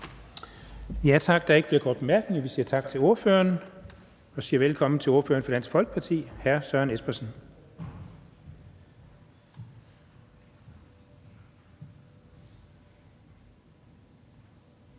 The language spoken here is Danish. Der er ikke flere korte bemærkninger, så vi siger tak til ordføreren og siger velkommen til ordføreren for Dansk Folkeparti, hr. Søren Espersen.